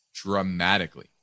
dramatically